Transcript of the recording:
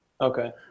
Okay